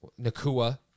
Nakua